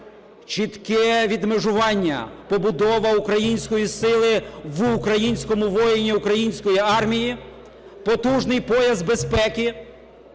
Чітке відмежування, побудова української сили – в українському воїні української армії, потужний пояс безпеки,